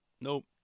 nope